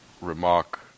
remark